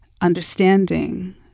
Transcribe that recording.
understanding